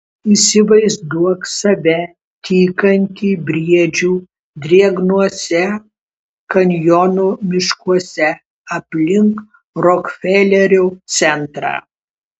įsivaizduok save tykantį briedžių drėgnuose kanjono miškuose aplink rokfelerio centrą